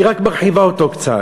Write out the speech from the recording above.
היא רק מרחיבה אותו קצת,